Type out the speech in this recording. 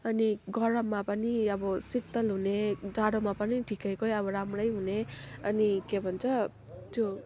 अनि गरममा पनि अब शीतल हुने जाडोमा पनि ठिकैकै अब राम्रै हुने अनि के भन्छ त्यो